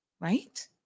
right